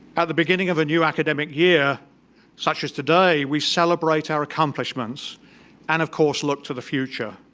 at the beginning of a new academic year such as today we celebrate our accomplishments and of course look to the future.